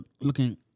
looking